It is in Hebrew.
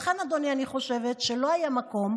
לכן, אדוני, אני חושבת שלא יהיה מקום,